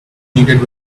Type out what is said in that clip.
needed